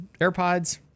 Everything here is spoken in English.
AirPods